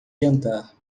jantar